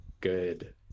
good